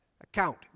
account